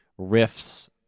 riffs